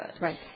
Right